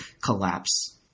collapse